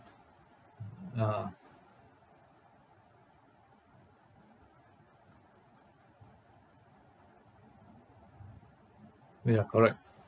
ah ya correct